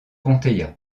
ponteilla